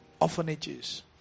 orphanages